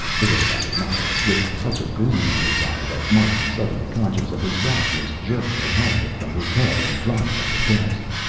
the robot acknowledged, with such a gleam in his eye that martin, suddenly conscious of his rashness, jerked the helmet from his head and dropped it on the desk.